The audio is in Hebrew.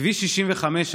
כביש 65,